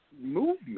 Movement